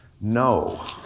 No